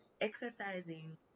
exercising